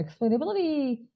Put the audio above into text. explainability